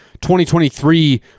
2023